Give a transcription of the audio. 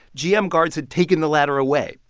gm guards had taken the ladder away.